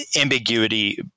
ambiguity